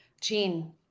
Gene